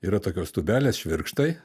yra tokios tūbelės švirkštai